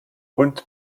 und